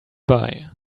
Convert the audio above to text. buy